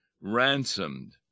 ransomed